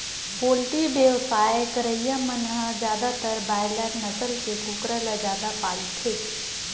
poultry बेवसाय करइया मन ह जादातर बायलर नसल के कुकरा ल जादा पालथे